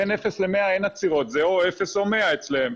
בין אפס למאה אין עצירות, זה או אפס או מאה אצלם.